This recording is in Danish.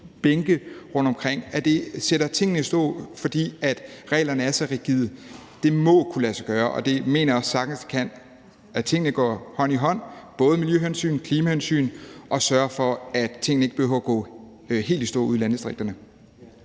at det sætter tingene i stå, fordi reglerne er så rigide. Det må kunne lade sig gøre, og det mener jeg også sagtens det kan. Tingene går hånd i hånd i forhold til både miljøhensyn, klimahensyn, og at vi sørger for, at tingene ikke behøver at gå helt i stå ude i landdistrikterne.